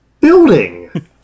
building